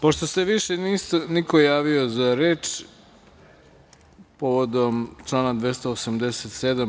Pošto se više niko nije javio za reč povodom člana 287.